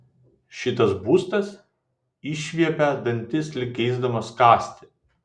šitas būstas išviepia dantis lyg geisdamas kąsti